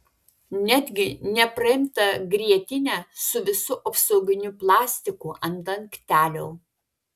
netgi nepraimtą grietinę su visu apsauginiu plastiku ant dangtelio